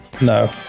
No